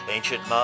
Ancient